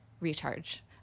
recharge